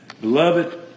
Beloved